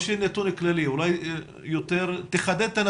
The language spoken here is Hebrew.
תיגברנו אותם קצת,